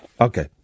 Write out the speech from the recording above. Okay